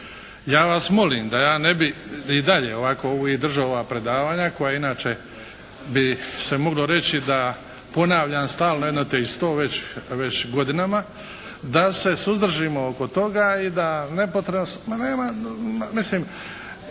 Ja vas molim da ja ne bi i dalje držao ovako ova predavanja koja inače moglo bi se reći da ponavljam stalno jedno te isto već godinama da se suzdržimo oko toga i da nepotrebno,